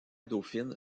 dauphine